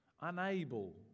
Unable